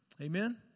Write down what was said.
Amen